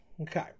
Okay